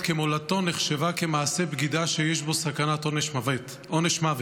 כמולדתו נחשבה למעשה בגידה שיש בו סכנת עונש מוות.